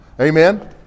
Amen